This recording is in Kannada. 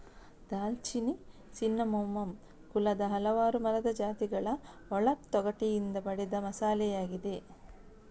ದಾಲ್ಚಿನ್ನಿ ಸಿನ್ನಮೋಮಮ್ ಕುಲದ ಹಲವಾರು ಮರದ ಜಾತಿಗಳ ಒಳ ತೊಗಟೆಯಿಂದ ಪಡೆದ ಮಸಾಲೆಯಾಗಿದೆ